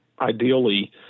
ideally